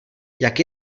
jak